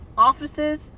offices